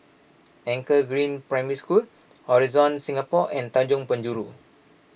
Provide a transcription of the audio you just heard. Anchor Green Primary School Horizon Singapore and Tanjong Penjuru